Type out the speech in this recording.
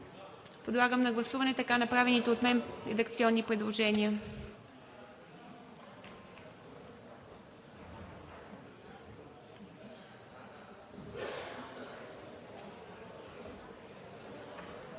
Подлагам на гласуване така направените от мен редакционни предложения.